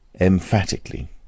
Emphatically